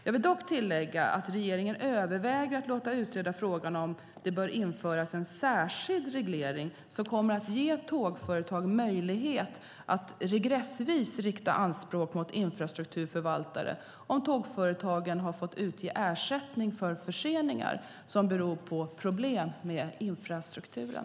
Jag vill dock tillägga att regeringen överväger att låta utreda frågan om det bör införas en särskild reglering som kommer att ge tågföretag möjlighet att regressvis rikta anspråk mot infrastrukturförvaltare om tågföretagen har fått utge ersättning för förseningar som beror på problem med infrastrukturen.